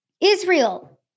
Israel